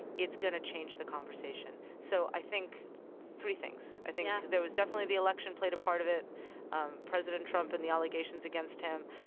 it's going to change the conversation. so i think three things yeah i think there was definitely, the election played a part of it um president trump and the allegations against him.